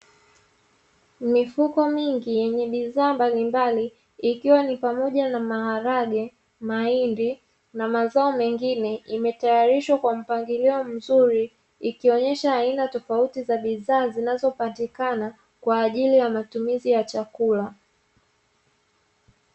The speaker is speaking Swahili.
Mifuko mingi yenye bidhaa mbalimbali, ikiwa ni pamoja na maharage, mahindi na mazao mengine, imetayarishwa kwa mpangilio mzuri ikionyesha aina tofauti za bidhaa zinazopatikana, kwa ajili ya matumizi ya chakula.